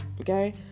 Okay